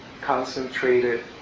concentrated